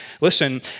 Listen